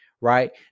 Right